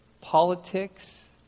politics